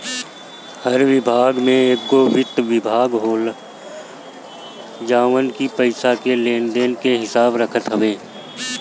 हर विभाग में एगो वित्त विभाग होला जवन की पईसा के लेन देन के हिसाब रखत हवे